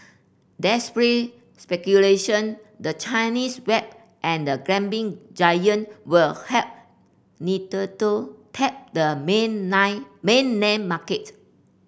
that spurred speculation the Chinese web and the gaming giant will help Nintendo tap the main lie mainland market